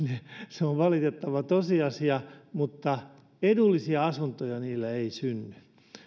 se on valitettava tosiasia mutta edullisia asuntoja niillä ei synny